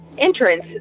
entrance